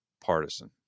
partisan